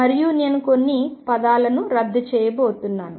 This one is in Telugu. మరియు నేను కొన్ని పదాలని రద్దు చేయబోతున్నాను